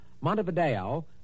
Montevideo